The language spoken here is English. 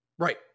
Right